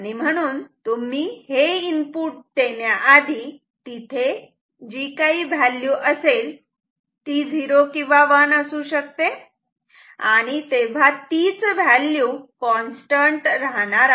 म्हणून तुम्ही हे इनपुट देण्याआधी तिथे काही व्हॅल्यू असेल ती 0 किंवा 1 असू शकते आणि तेव्हा तीच व्हॅल्यू कॉन्स्टंट राहणार आहे